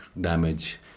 damage